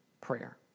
prayer